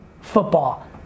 football